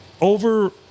Over